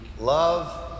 love